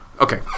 okay